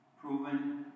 proven